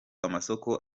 amasoko